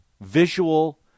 visual